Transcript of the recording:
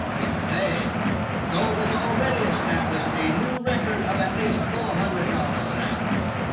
but today gold has already established a new record of at least four hundred dollars an ounce.